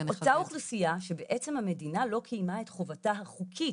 אותה אוכלוסייה שבעצם המדינה לא קיימה את חובתה החוקית,